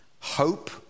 hope